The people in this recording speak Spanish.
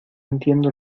entiendo